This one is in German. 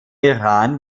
iran